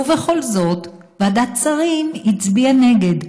ובכל זאת ועדת שרים הצביעה נגד,